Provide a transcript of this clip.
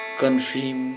confirm